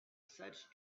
such